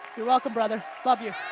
you're welcome, brother! love you.